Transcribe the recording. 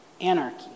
Anarchy